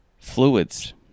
Fluids